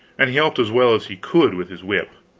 and he helped as well as he could with his whip.